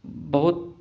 بہت